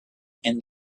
and